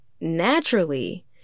Naturally